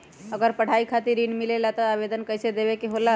अगर पढ़ाई खातीर ऋण मिले ला त आवेदन कईसे देवे के होला?